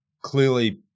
clearly